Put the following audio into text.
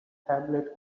tablet